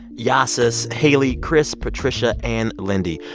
yasis, haley, chris, patricia and lindy.